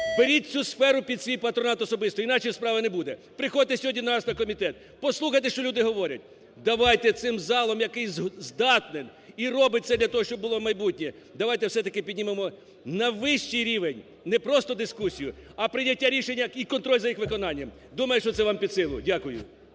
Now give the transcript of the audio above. беріть цю сферу під патронат особисто, інакше справи не буде. Приходьте сьогодні до нас на комітет, послухайте, що люди говорять. Давайте цим залом, який здатен і робить все для того, щоб було майбутнє, давайте все-таки піднімемо на вищий рівень не просто дискусію, а прийняття рішення і контроль за їх виконанням. Думаю, що це вам під силу. Дякую.